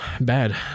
bad